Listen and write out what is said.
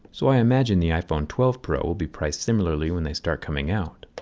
so i imagine the iphone twelve pro will be priced similarly when they start coming out.